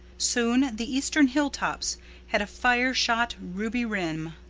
soon the eastern hilltops had a fire-shot ruby rim.